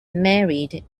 married